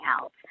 else